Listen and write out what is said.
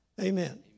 Amen